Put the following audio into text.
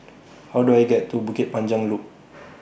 How Do I get to Bukit Panjang Loop